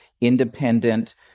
independent